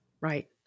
Right